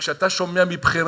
וכשאתה שומע על מקרים